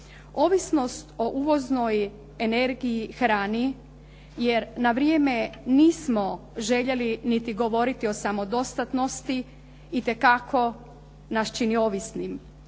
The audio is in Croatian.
Ovisnost o uvoznoj energiji, hrani jer na vrijeme nismo željeli niti govoriti o samodostatnosti itekako nas čini ovisnim.